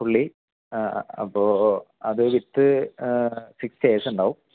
fully അത് with ചെയേഴ്സ്ണ്ടാവും